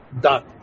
done